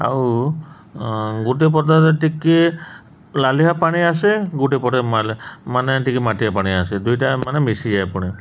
ଆଉ ଗୋଟେ ପଦ ଟିକେ ଲାଲିଆ ପାଣି ଆସେ ଗୋଟେ ମାନେ ଟିକେ ମାଟିଆ ପାଣି ଆସେ ଦୁଇଟା ମାନେ ମିଶିଯାଏ ପୁଣି